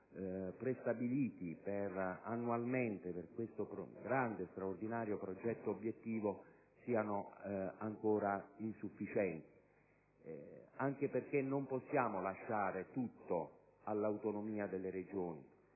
prestabiliti annualmente per questo grande e straordinario progetto obiettivo sono ancora insufficienti, anche perché non possiamo lasciare tutto all'autonomia delle Regioni,